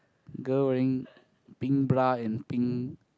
girl wearing pink bra and pink